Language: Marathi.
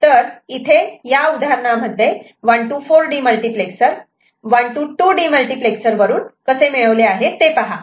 तर इथे या उदाहरणामध्ये 1 to 4 डीमल्टिप्लेक्सर 1 to 2 डीमल्टिप्लेक्सर वरून कसे मिळविले आहे ते पहा